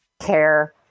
care